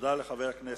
תודה רבה.